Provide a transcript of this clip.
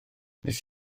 nes